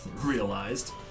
realized